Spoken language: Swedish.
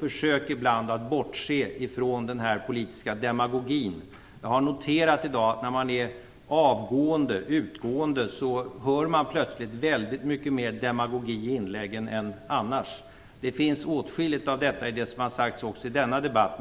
Försök ibland att bortse från denna politiska demagogi. Jag har noterat i dag att när man är avgående - utgående - så hör man plötsligt väldigt mycket mer demagogi i inläggen än annars. Det finns åtskilligt av detta i det som har sagts också i denna debatt.